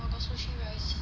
oh so cheap price